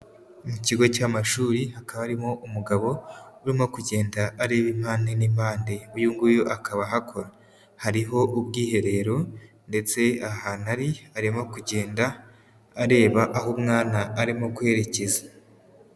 Mu kigo cy'amashuri hakaba harimo umugabo urimo kugenda areba impande n'impande, uyu nguyu akaba ahakora, hariho ubwiherero ndetse ahantu ari arimo kugenda areba aho umwana arimo kwerekeza.